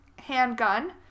handgun